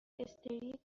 استریت